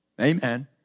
Amen